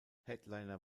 headliner